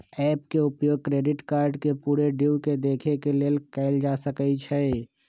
app के उपयोग credit card के पूरे ड्यू के देखे के लेल कएल जा सकइ छै